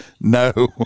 No